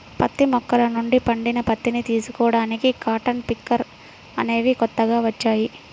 పత్తి మొక్కల నుండి పండిన పత్తిని తీసుకోడానికి కాటన్ పికర్ అనేవి కొత్తగా వచ్చాయి